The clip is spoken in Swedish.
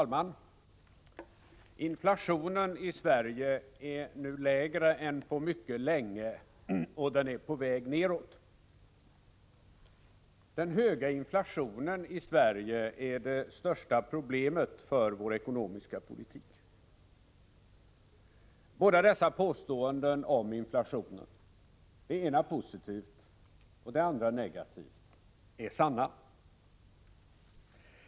Fru talman! Inflationen i Sverige är nu lägre än på mycket länge, och den är på väg nedåt. Den höga inflationen i Sverige är det största problemet för vår ekonomiska politik. Båda dessa påståenden om inflationen, det ena positivt och det andra negativt, är sanna.